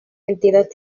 entidad